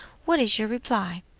what is your reply?